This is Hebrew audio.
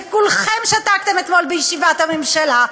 שכולכם שתקתם אתמול בישיבת הממשלה,